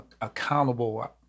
accountable